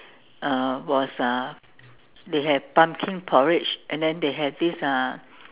uh was uh they have pumpkin porridge and they have this uh